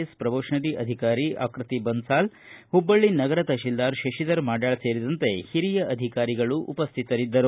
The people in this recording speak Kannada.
ಎಸ್ ಪ್ರೋಬೆಷನರಿ ಅಧಿಕಾರಿ ಆಕೃತಿ ಬನ್ನಾಲ್ ಹುಬ್ಬಳ್ಳ ನಗರ ತಪತಿಲ್ದಾರ ಶಶಿಧರ ಮಾಡ್ಕಾಳ ಸೇರಿದಂತೆ ಹಿರಿಯ ಅಧಿಕಾರಿಗಳು ಉಪಸ್ಥಿತರಿದ್ದರು